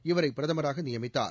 இவரை பிரதமராக நியமித்தார்